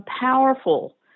powerful